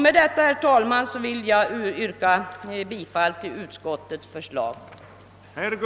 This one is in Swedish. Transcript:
Med detta, herr talman, vill jag yrka bifall till utskottets förslag.